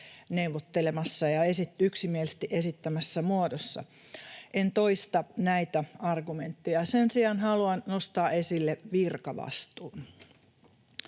neuvottelemassa ja yksimielisesti esittämässä muodossa. En toista näitä argumentteja. Sen sijaan haluan nostaa esille virkavastuun.